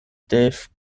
dave